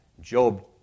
Job